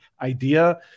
idea